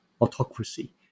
autocracy